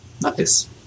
Nice